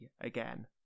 again